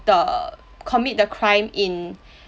the commit the crime in